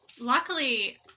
Luckily